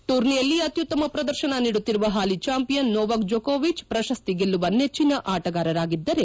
ಟೂರ್ನಿಯಲ್ಲಿ ಅತ್ತುತ್ತಮ ಪ್ರದರ್ಶನ ನೀಡುತ್ತಿರುವ ಹಾಲಿ ಚಾಂಪಿಯನ್ ನೋವಾಕ್ ಜೊಕೊವಿಚ್ ಪ್ರಶಸ್ತಿ ಗೆಲ್ಲುವ ನೆಚ್ಚನ ಆಟಗಾರರಾಗಿದ್ದರೆ